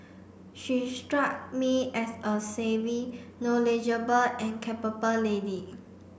she struck me as a savvy knowledgeable and capable lady